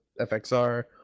FXR